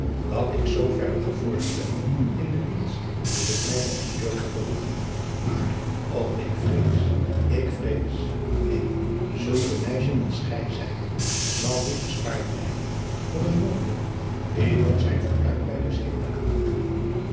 dat ik zooverre gevorderd ben in den dienst dat ik mij bij u durf te vervoegen aar o ik vrees ik vrees neen zulk een meisje als gij zijt zal niet gespaard blijven voor een jongeling die nog zijn fortuin bij de zee maken moet